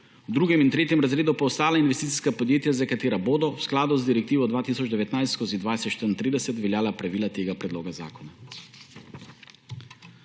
v drugem in tretjem razredu pa ostala investicijska podjetja, za katera bodo v skladu z direktivo 2019/2034 veljala pravile tega predloga zakona.